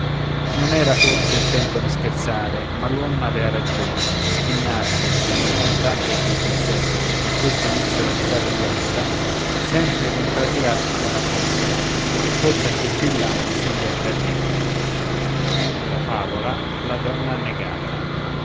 non era forse il tempo di scherzare ma l'uom avea ragione chi nasce e non soltanto il gentil sesso con questo vizio radicato in l'ossa sempre contradirà fino alla fossa e forse anche più in là se gli è permesso a